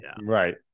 Right